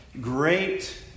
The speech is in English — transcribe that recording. great